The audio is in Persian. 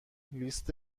لیست